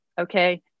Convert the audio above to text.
okay